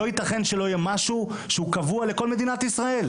לא יתכן שלא יהיה משהו שהוא קבוע לכל מדינת ישראל.